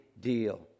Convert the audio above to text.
deal